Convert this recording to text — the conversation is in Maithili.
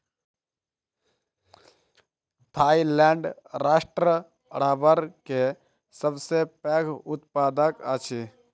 थाईलैंड राष्ट्र रबड़ के सबसे पैघ उत्पादक अछि